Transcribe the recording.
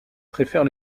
préfère